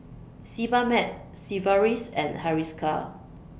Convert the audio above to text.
Sebamed Sigvaris and Hiruscar